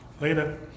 Later